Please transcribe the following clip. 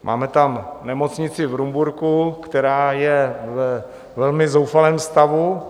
Máme tam nemocnici v Rumburku, která je ve velmi zoufalém stavu.